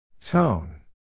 Tone